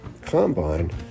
combine